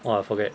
!wah! I forget